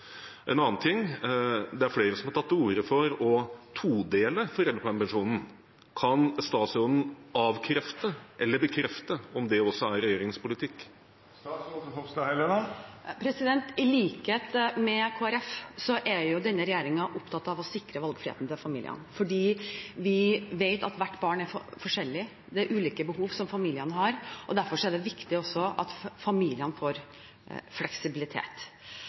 en annen ting: Det er flere som har tatt til orde for å todele foreldrepermisjonen. Kan statsråden avkrefte eller bekrefte om det også er regjeringens politikk? I likhet med Kristelig Folkeparti er denne regjeringen opptatt av å sikre valgfriheten til familiene. Vi vet at barn er forskjellige. Det er ulike behov i familiene, og derfor er det også viktig at familiene får fleksibilitet.